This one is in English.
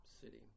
city